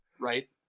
Right